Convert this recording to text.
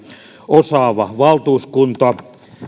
osaava valtuuskunta